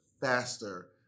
faster